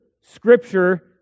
Scripture